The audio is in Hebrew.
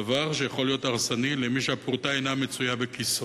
דבר שיוכל להיות הרסני למי שהפרוטה אינה מצויה בכיסו.